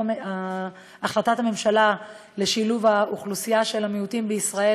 החלטת הממשלה על שילוב האוכלוסייה של המיעוטים בישראל,